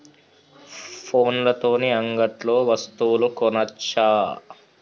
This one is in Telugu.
ఫోన్ల తోని అంగట్లో వస్తువులు కొనచ్చా?